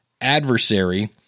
adversary